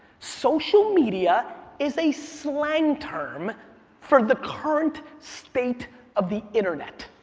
social media is a slang term for the current state of the internet.